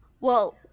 Well-